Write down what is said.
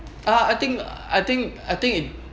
uh I think I think I think it